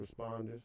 responders